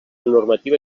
normativa